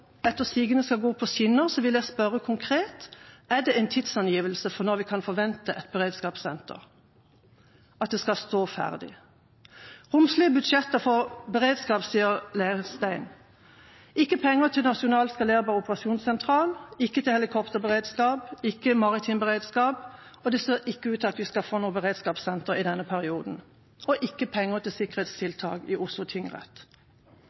etter sigende skal gå på skinner, vil jeg spørre konkret: Er det en tidsangivelse for når vi kan forvente at et beredskapssenter skal stå ferdig? «Vi har lagt fram romslige budsjetter for beredskap», sier Leirstein. Det er ikke penger til nasjonal skalerbar operasjonssentral, ikke til helikopterberedskap, ikke til maritim beredskap – og det ser ikke ut til at vi skal få noe beredskapssenter i denne perioden – og ikke penger til sikkerhetstiltak i Oslo tingrett.